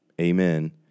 Amen